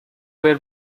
were